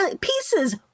pieces